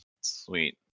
Sweet